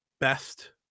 best